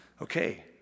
Okay